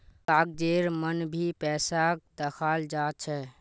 कागजेर मन भी पैसाक दखाल जा छे